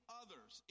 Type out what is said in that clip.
others